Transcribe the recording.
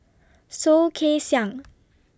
Soh Kay Siang